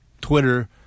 Twitter